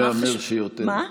מה חשוב,